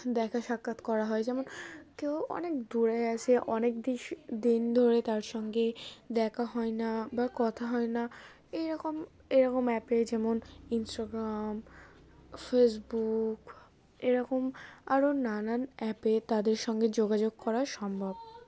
দেখা সাক্ষাৎ করা হয় যেমন কেউ অনেক দূরে আসে অনেক দ দিন ধরে তার সঙ্গে দেখা হয় না বা কথা হয় না এরকম এরকম অ্যাপে যেমন ইনস্টাগ্রাম ফেসবুক এরকম আরও নানান অ্যাপে তাদের সঙ্গে যোগাযোগ করা সম্ভব